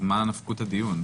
אז מה נפקות הדיון?